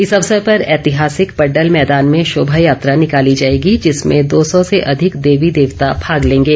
इस ैअवसर पर ऐतिहासिक पड्डल मैदान में शोभा यात्रा निकाली जाएगी जिसमें दो सौ से अधिक देवी देवता भाग लेंगे